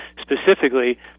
specifically